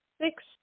six